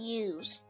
use